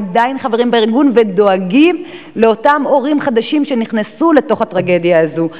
עדיין חברים בארגון ודואגים לאותם הורים חדשים שנכנסו לתוך הטרגדיה הזו.